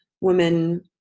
women